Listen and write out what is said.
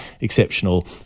Exceptional